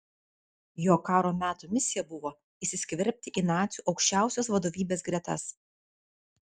jo karo metų misija buvo įsiskverbti į nacių aukščiausios vadovybės gretas